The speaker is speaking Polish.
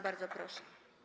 Bardzo proszę.